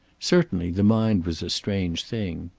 certainly the mind was a strange thing.